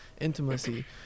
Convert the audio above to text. intimacy